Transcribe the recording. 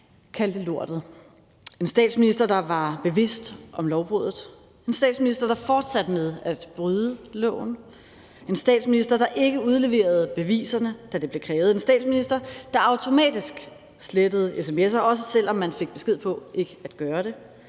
kaldte lortet; en statsminister, der var bevidst om lovbruddet; en statsminister, der fortsatte med at bryde loven; en statsminister, der ikke udleverede beviserne, da det blev krævet; en statsminister, der automatisk slettede sms'er, også selv om man fik besked på ikke at gøre det.